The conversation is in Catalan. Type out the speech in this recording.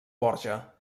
borja